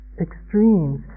extremes